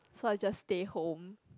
so I just stay home